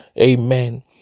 Amen